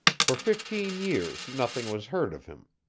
for fifteen years nothing was heard of him.